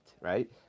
right